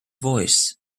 voice